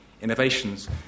innovations